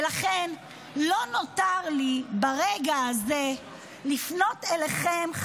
ולכן לא נותר לי ברגע הזה אלא לפנות אליכם,